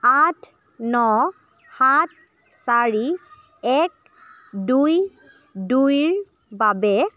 আঠ ন সাত চাৰি এক দুই দুই ৰ বাবে